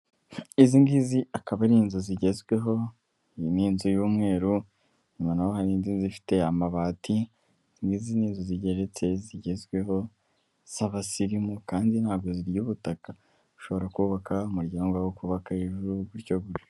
Izi ngizi akaba ari inzu zigezweho ni inzu y'umweru, inyuma naho hari indi nzu ifite amabati n'izi ni inzu zigeretse zigezweho z'abasirimu, kandi ntabwo zirya ubutaka, ushobora kubaka umuryango wawe ukubaka hejuru gutyo gutyo.